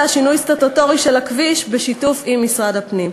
שינוי סטטוטורי של הכביש בשיתוף עם משרד הפנים.